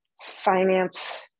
finance